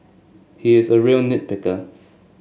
he is a real nit picker